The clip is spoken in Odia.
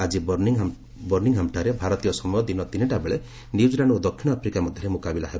ଆକି ବର୍ଣ୍ଣିଂହାମ୍ଠାରେ ଭାରତୀୟ ସମୟ ଦିନ ତିନିଟା ବେଳେ ନ୍ୟୁଜିଲାଣ୍ଡ ଓ ଦକ୍ଷିଣ ଆଫ୍ରିକା ମଧ୍ୟରେ ମୁକାବିଲା ହେବ